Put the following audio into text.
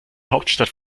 hauptstadt